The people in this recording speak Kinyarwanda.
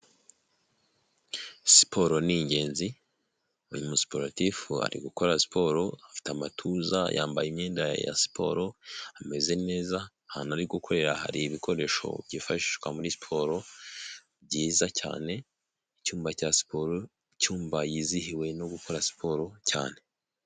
Siporo ni ingenzi uyu musiporutifu ari gukora siporo afite amatuza yambaye imyenda ya siporo ameze neza, ahantu ari gukorera hari ibikoresho byifashishwa muri siporo byiza cyane icyumba cya siporo, icyumba yizihiwe no gukora siporo cyane.